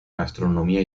gastronomía